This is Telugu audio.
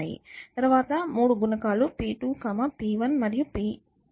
తరువాత మూడు గుణకాలు p2 p1 మరియు p0 ఉన్నాయి